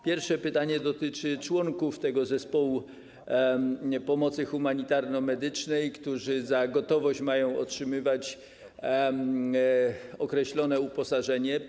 Pierwsze dotyczy członków zespołu pomocy humanitarno-medycznej, którzy za gotowość mają otrzymywać określone uposażenie.